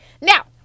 Now